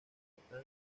están